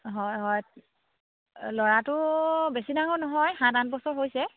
হয় হয় ল'ৰাটো বেছি ডাঙৰ নহয় সাত আঠ বছৰ হৈছে